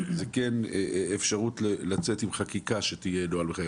עלתה אפשרות לצאת עם חקיקה שתסדיר נוהל מחייב